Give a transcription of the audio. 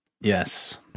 Yes